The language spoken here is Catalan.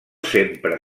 sempre